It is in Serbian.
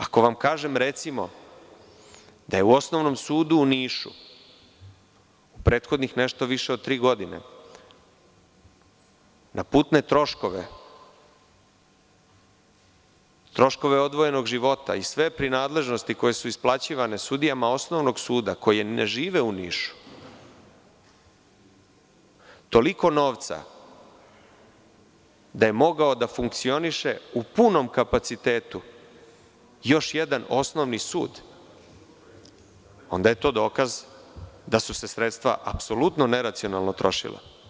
Ako vam kažem da je u Osnovnom sudu u Nišu pre više od tri godine, na putne troškove, troškove odvojenog života i sve prinadležnosti koje su isplaćivane sudijama Osnovnog suda, a ne žive u Nišu, toliko novca, da je mogao da funkcioniše u punom kapacitetu, još jedan osnovni sud, onda je to dokaz da su se sredstva neracionalno trošila.